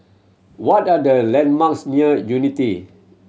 what are the landmarks near Unity